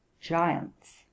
giants